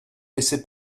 laissé